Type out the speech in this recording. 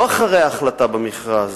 לא אחרי ההחלטה במכרז